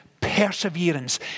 perseverance